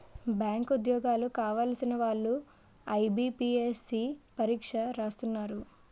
bank ఉద్యోగాలు కావలసిన వాళ్లు ఐబీపీఎస్సీ పరీక్ష రాస్తున్నారు